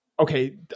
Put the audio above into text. Okay